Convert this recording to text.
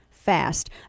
Fast